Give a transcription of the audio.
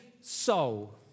soul